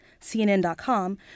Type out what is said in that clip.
CNN.com